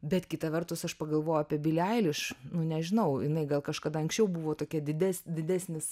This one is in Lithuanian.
bet kita vertus aš pagalvoju apie bili ailiš nu nežinau jinai gal kažkada anksčiau buvo tokia dides didesnis